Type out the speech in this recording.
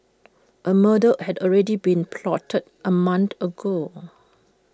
A murder had already been plotted A month ago